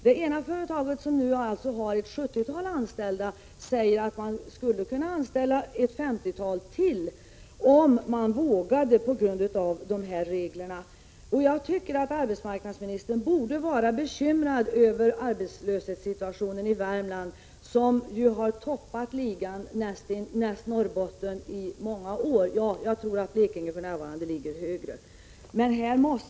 Det ena företaget, som nu har ett sjuttiotal anställda, säger att man skulle kunna anställa ytterligare ett femtiotal, om man vågade med hänsyn till bl.a. permitteringsreglerna. Jag tycker att arbetsmarknadsministern borde vara bekymrad över arbetslöshetssituationen i Värmland. Värmland har ju i många år toppat arbetslöshetsligan näst efter Norrbotten. Ja, kanske Blekinge ligger högre för närvarande?